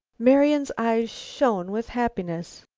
marian's eyes shone with happiness.